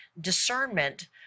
discernment